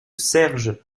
serge